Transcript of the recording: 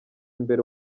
imbere